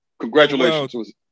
Congratulations